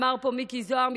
אמר פה מיקי זוהר,